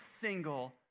single